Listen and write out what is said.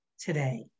today